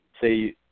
say